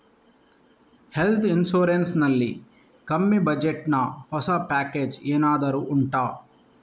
health insurance ನಲ್ಲಿ ಕಮ್ಮಿ budget ನ ಹೊಸ ಪ್ಯಾಕೇಜ್ ಏನಾದರೂ ಉಂಟಾ